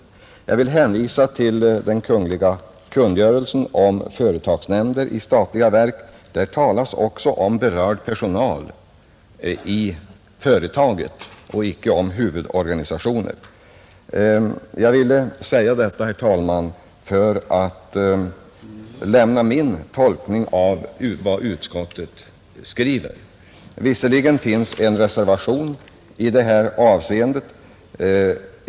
Jag vill hänvisa till den kungl. kungörelsen om företagsnämnder i statliga verk. Där talas också om berörd personal i företaget och icke om huvudorganisationer. Jag ville säga detta, herr talman, för att ge min tolkning av vad utskottet skrivit. Visserligen finns en reservation i det här avseendet.